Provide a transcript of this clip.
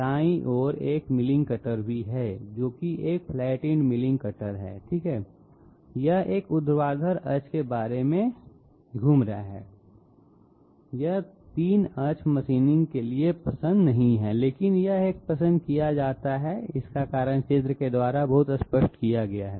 दायीं ओर एक मिलिंग कटर भी है जो कि एक फ्लैट एंड मिलिंग कटर ठीक है यह एक ऊर्ध्वाधर अक्ष के बारे में घूम रहा है यह 3 अक्ष मशीनिंग के लिए पसंद नहीं है लेकिन यह एक पसंद किया जाता है और इसका कारण चित्र के द्वारा बहुत स्पष्ट किया गया है